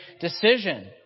decision